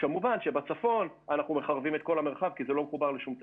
כמובן שבצפון אנחנו מחרבים את כל המרחב כי זה לא מחובר לשום תשתית.